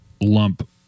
lump